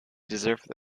deserve